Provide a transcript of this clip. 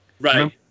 Right